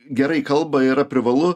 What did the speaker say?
gerai kalbą yra privalu